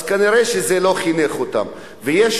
אז כנראה זה לא חינך אותם,